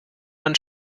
man